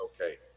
Okay